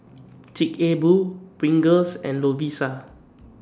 Chic A Boo Pringles and Lovisa